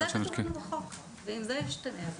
החוק, ואם זה ישתנה אז